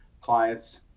client's